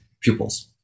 pupils